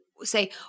say